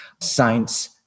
Science